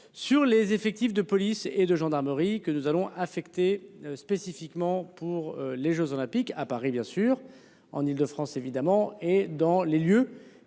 Sur les effectifs de police. Et de gendarmerie que nous allons affectés spécifiquement pour les Jeux olympiques à Paris bien sûr. En Île-de-France, évidemment et dans les lieux